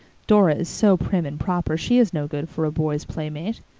dora is so prim and proper she is no good for a boy's playmate.